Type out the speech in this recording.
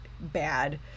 Bad